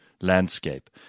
landscape